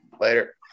Later